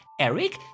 Eric